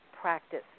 practice